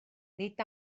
nid